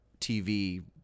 TV